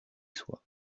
soient